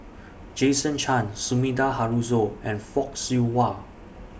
Jason Chan Sumida Haruzo and Fock Siew Wah